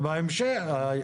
בהמשך.